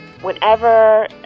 Whenever